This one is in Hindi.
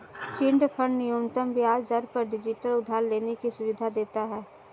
चिटफंड न्यूनतम ब्याज दर पर डिजिटल उधार लेने की सुविधा देता है